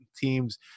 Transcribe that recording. teams –